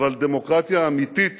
אבל דמוקרטיה אמיתית